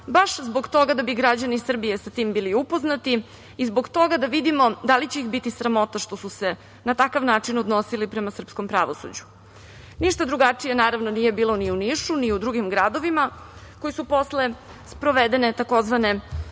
baš zbog toga da bi građani Srbije sa tim bili upoznati i zbog toga da vidimo da li će ih biti sramota što su se na takav način odnosili prema srpskom pravosuđu. Ništa drugačije, naravno, nije bilo ni u Nišu, ni u drugim gradovima koji su posle sprovedene tzv.